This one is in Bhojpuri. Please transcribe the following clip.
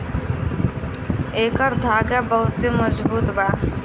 एकर धागा बहुते मजबूत बा